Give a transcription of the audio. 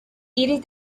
iris